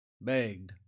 begged